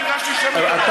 אני ביקשתי שמית או לא?